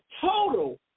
total